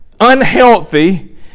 unhealthy